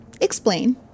Explain